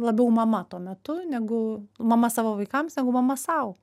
labiau mama tuo metu negu mama savo vaikams negu mama sau